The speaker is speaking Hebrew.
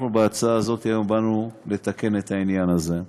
אנחנו בהצעה הזאת היום באנו לתקן את העניין הזה.